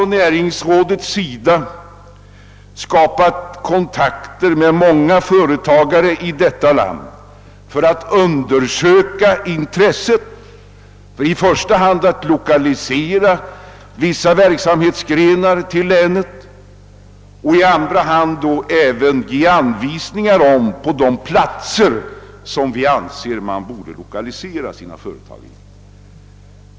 Näringsrådet har skapat kontakter med många företagare i detta land i första hand för att undersöka intresset för att lokalisera vissa verksamhetsgrenar till länet och i andra hand även för att ge anvisning om de platser till vilka vi anser att de bör lokalisera sina företag.